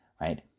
right